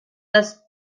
les